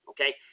Okay